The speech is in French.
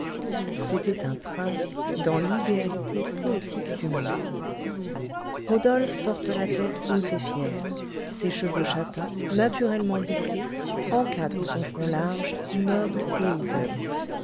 c'était un prince dans l'idéalité poétique du mot rodolphe porte la tête haute et fière ses cheveux châtains naturellement bouclés encadrent son front large noble et ouvert